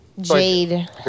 Jade